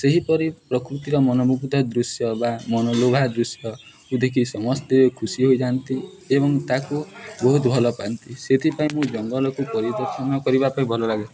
ସେହିପରି ପ୍ରକୃତିର ମନମୁଗ୍ଧ ଦୃଶ୍ୟ ବା ମନଲୋଭା ଦୃଶ୍ୟକୁ ଦେଖି ସମସ୍ତେ ଖୁସି ହୋଇଯାଆନ୍ତି ଏବଂ ତାକୁ ବହୁତ ଭଲ ପାଆନ୍ତି ସେଥିପାଇଁ ମୁଁ ଜଙ୍ଗଲକୁ ପରିଦର୍ଶନ ପାଇ ଭଲ ଲାଗିଥାଏ